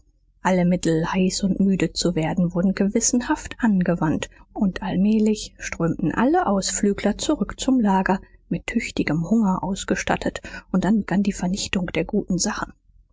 alle mittel heiß und müde zu werden wurden gewissenhaft angewandt und allmählich strömten alle ausflügler zurück zum lager mit tüchtigem hunger ausgestattet und dann begann die vernichtung der guten sachen